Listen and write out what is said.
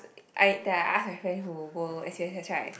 I that I ask my friend who go S H H I